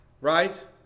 right